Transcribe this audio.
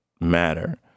matter